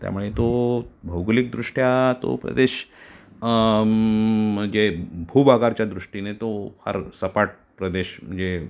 त्यामुळे तो भौगोलिकदृष्ट्या तो प्रदेश म्हणजे भूभागाच्या दृष्टीने तो फार सपाट प्रदेश म्हणजे